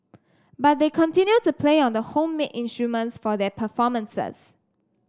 but they continue to play on the homemade instruments for their performances